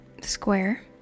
square